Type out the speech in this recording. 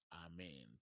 amen